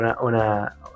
una